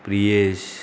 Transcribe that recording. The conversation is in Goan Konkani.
प्रियेश